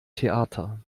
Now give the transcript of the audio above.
theater